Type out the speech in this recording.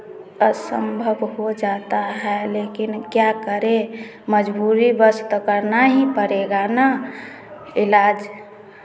असम्भव हो जाता है लेकिन क्या करें मजबूरीवश तो करना ही पड़ेगा ना इलाज